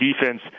defense